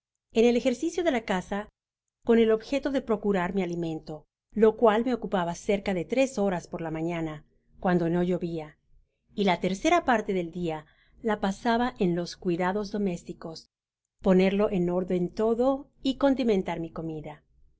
en el ejercicio de la caza con el objeto de procurar mi alimento lo cual me ocupaba cerca de tres horas por la mañana cuando no llovía y la tercera parte del dia la pasaba en los cuidados domésticos ponerlo enórden todo y condimentar mi comida